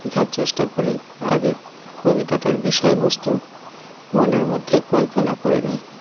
শেখার চেষ্টা করি আগে কবিতাটার বিষয়বস্তু মনের মধ্যে কল্পনা করে নিই